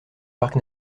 parc